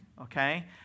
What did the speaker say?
Okay